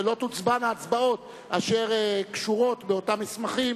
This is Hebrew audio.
תוצבענה הצבעות אשר קשורות באותם מסמכים